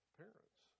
parents